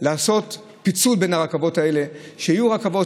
ולקחו מומחים לעשות פיצול בין הרכבות האלה: שיהיו רכבות